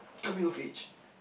coming of age